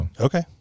Okay